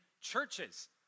churches